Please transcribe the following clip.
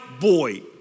boy